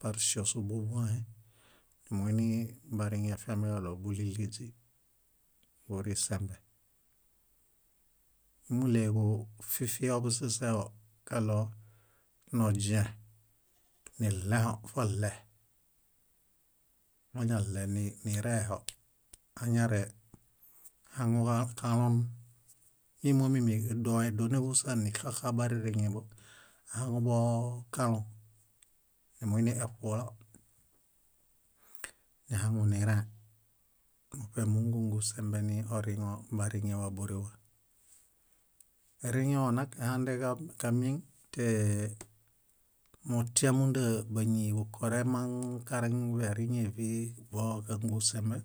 par ŝio sóbubuõhe. Numuinibariŋe afiamiġaɭo búɭiɭiźi, burĩsembe. Númuɭeġu fifio busiseho, kaɭonoźiẽ, niɭẽhofoɭe, moñaɭenireho, añarehaŋukalon nímomimi doe dónehuśa nixaxabaririŋebo, ahaŋubooalon nimuinieṗuolo, nihaŋunirẽhe. muṗe múngungu sembenioriŋo bariŋewa bórewa. Eriŋeonak ehandekamieŋ témutiamunda báñiġukoremaŋ kareŋ vériŋevii vóoġangu sembe.